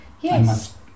Yes